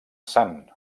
sant